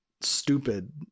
stupid